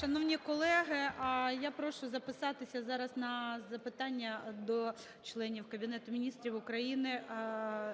Шановні колеги, я прошу записатися зараз на запитання до членів Кабінету Міністрів України